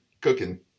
cooking